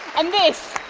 and this,